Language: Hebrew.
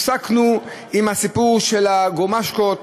הפסקנו עם הסיפור של הגרמושקות,